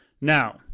Now